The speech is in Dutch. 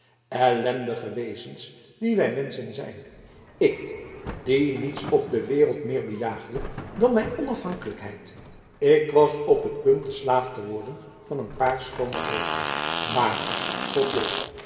ellendige wezens die wij menschen zijn ik die niets op de wereld meer bejaagde dan mijn onafhankelijkheid ik was op het punt de slaaf te worden van een paar schoone oogen maar god lof